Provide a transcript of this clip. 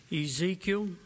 Ezekiel